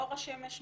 אור השמש מחטא.